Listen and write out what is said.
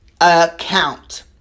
account